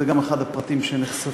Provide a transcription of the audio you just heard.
זה גם אחד הפרטים שנחשפו